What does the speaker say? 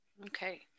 Okay